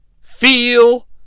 Feel